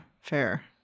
fair